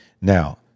Now